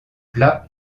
plat